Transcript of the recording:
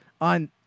on